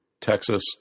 Texas